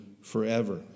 forever